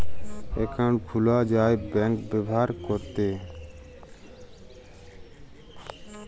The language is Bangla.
একাউল্ট খুলা যায় ব্যাংক ব্যাভার ক্যরতে